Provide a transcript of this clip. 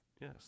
yes